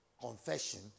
confession